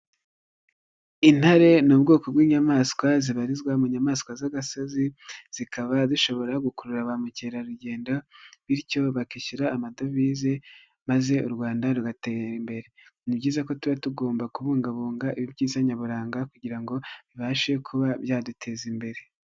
Intare ni ubwoko bw'inyamaswa zibarizwa mu nyamaswa z'agasozi, zikaba zishobora gukurura ba mukerarugendo, bityo bakishyura amadovize maze u Rwanda rugatera imbere. Ni byiza ko tuba tugomba kubungabunga ibyiza nyaburanga kugira ngo bibashe kuba byaduteza imbere.